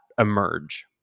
emerge